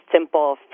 simple